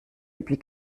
depuis